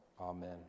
Amen